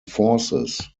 forces